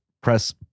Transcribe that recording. press